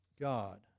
God